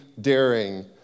daring